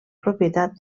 propietat